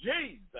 Jesus